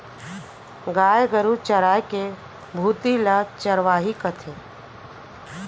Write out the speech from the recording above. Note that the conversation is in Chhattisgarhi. गाय गरू चराय के भुती ल चरवाही कथें